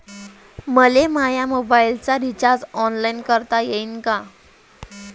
मले माया मोबाईलचा रिचार्ज ऑनलाईन करता येईन का?